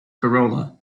corolla